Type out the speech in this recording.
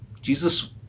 Jesus